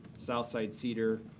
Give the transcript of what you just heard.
south side cedar,